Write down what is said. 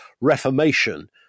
reformation